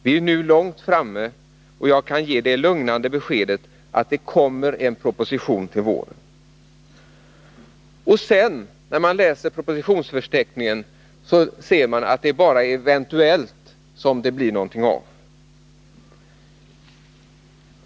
Vi är nu långt framme, och jag kan ge —-—--— det lugnande beskedet att det kommer en proposition till våren.” Men när man sedan läser propositionsförteckningen, ser man att det bara är ”eventuellt” som det blir någonting av.